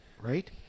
right